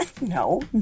no